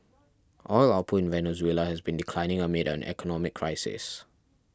oil output in Venezuela has been declining amid an economic crisis